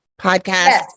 podcast